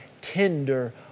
Tender